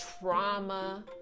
trauma